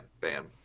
Bam